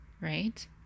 Right